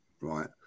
Right